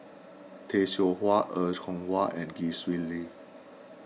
Tay Seow Huah Er Kwong Wah and Gwee Sui Li